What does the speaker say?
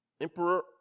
emperor